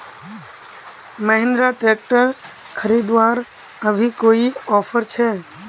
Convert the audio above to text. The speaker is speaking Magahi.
महिंद्रा ट्रैक्टर खरीदवार अभी कोई ऑफर छे?